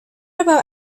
about